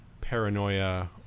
paranoia